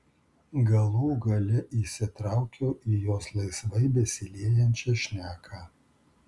galų gale įsitraukiau į jos laisvai besiliejančią šneką